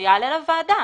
יעלה לוועדה.